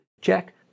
Check